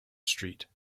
street